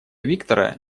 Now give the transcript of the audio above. виктора